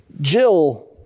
Jill